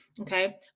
Okay